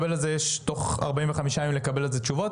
תוך 45 ימים נקבל על זה תשובות.